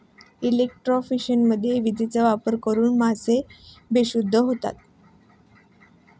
इलेक्ट्रोफिशिंगमध्ये विजेचा वापर करून मासे बेशुद्ध होतात